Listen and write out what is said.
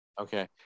Okay